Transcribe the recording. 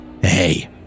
Hey